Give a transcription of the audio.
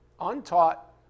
Untaught